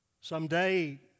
Someday